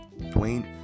Dwayne